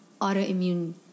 autoimmune